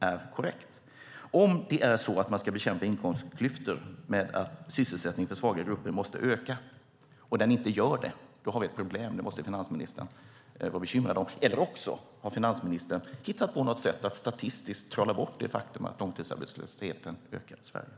är korrekt. Om man ska bekämpa inkomstklyftor genom att sysselsättningen för svaga grupper måste öka och den inte gör det då har vi ett problem. Det måste finansministern vara bekymrad över. Eller också har finansministern hittat på något sätt att statistiskt trolla bort det faktum att långtidsarbetslösheten har ökat i Sverige.